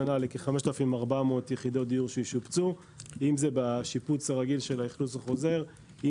לכ-5,400 יחידות דיור שישופצו בשיפוץ הרגיל של האכלוס החוזר או